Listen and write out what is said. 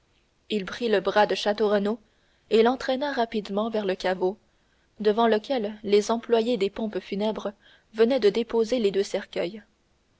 il prit le bras de château renaud et l'entraîna rapidement vers le caveau devant lequel les employés des pompes funèbres venaient de déposer les deux cercueils